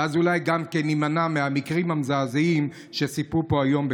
ואז אולי גם נימנע מהמקרים המזעזעים שסיפרו היום פה,